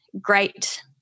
great